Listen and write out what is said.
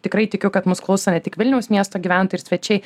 tikrai tikiu kad mus klauso ne tik vilniaus miesto gyventojai ir svečiai